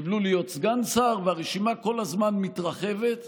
קיבלו להיות סגן שר, והרשימה כל הזמן מתרחבת.